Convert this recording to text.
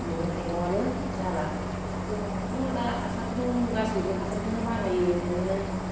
मैगं थाइगंआबो जाला जोंहाथ' दा हासारखौ गासिबो हासारखौनो बाहायो नोङो